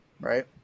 Right